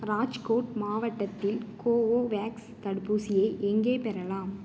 ராஜ்கோட் மாவட்டத்தில் கோவோவேக்ஸ் தடுப்பூசியை எங்கே பெறலாம்